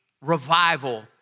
revival